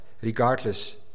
regardless